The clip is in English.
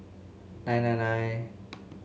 nine nine nine